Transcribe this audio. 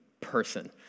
person